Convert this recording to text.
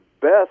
best